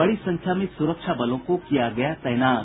बड़ी संख्या में सुरक्षा बलों को किया गया तैनात